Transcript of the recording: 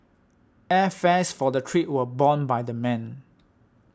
airfares for the trip were borne by the men